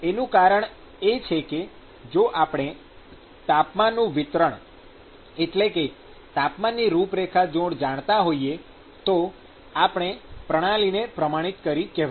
એનું કારણ એ છે કે જો આપણે તાપમાનનું વિતરણ એટલે કે તાપમાનની રૂપરેખા જો જાણતા હોઈએ તો આપણે પ્રણાલીને પ્રમાણિત કરી કેહવાય